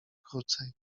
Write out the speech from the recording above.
krócej